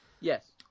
Yes